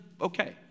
okay